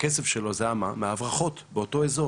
הכסף שלו זה היה מהברחות באותו אזור.